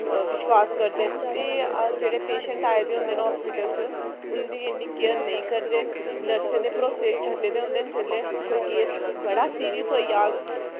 विश्वास करदे न ते जेह्ड़े पेशेंट आए दे होंदे अस्पताल च उंदी इन्नी केयर नेई करदे न नर्सें दे भरोसे छड्डे दे होंदे न जिसलै कोई केस बड़ा सीरियस होई जाह्ग